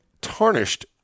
tarnished